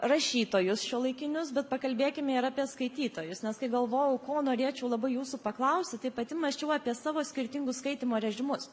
rašytojus šiuolaikinius bet pakalbėkime ir apie skaitytojus nes kai galvojau ko norėčiau labai jūsų paklausti tai pati mąsčiau apie savo skirtingus skaitymo režimus